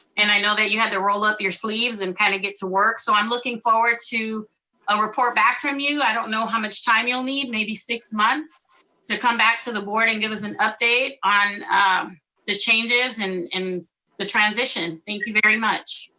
and i know that you had to roll up your sleeves, and kind of get to work. so i'm looking forward to a report back from you. i don't know how much time you'll need, maybe six months to come back to the board, and give us an update on the changes and and the transition. thank you very much.